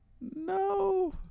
No